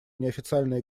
неофициальные